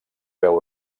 veu